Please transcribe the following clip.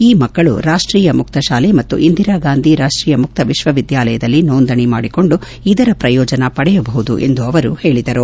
ಈ ಮಕ್ಕಳು ರಾಷ್ಟೀಯ ಮುಕ್ತ ಶಾಲೆ ಮತ್ತು ಇಂದಿರಾಗಾಂಧಿ ರಾಷ್ಟೀಯ ಮುಕ್ತ ವಿಶ್ವವಿದ್ಯಾಲಯದಲ್ಲಿ ನೋಂದಣಿ ಮಾಡಿಕೊಂಡು ಇದರ ಪ್ರಯೋಜನ ಪಡೆಯಬಹುದು ಎಂದು ಅವರು ಹೇಳಿದರು